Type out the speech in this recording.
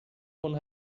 von